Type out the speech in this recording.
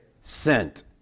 Sent